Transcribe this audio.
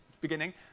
beginning